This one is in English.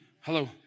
Hello